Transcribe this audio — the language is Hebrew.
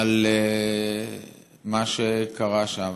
על מה שקרה שם.